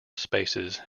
spaces